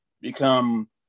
become